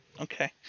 okay